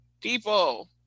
people